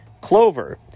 Clover